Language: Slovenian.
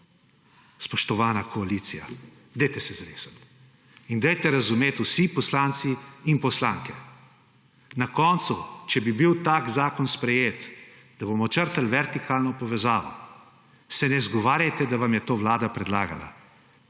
Spoštovana koalicija, dajte se zresniti. In dajte razumeti vsi poslanci in poslanke, na koncu, če bi bil sprejet takšen zakon, da bomo črtali vertikalno povezavo, se ne izgovarjajte, da vam je to Vlada predlagala.